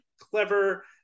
clever